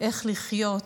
איך לחיות,